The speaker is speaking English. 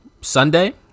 Sunday